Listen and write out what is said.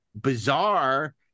bizarre